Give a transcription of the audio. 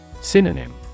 Synonym